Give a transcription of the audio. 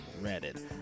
Reddit